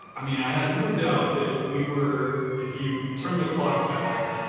i mean, i have no doubt that if we were if you turn the clock back,